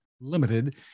Limited